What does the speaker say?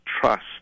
trust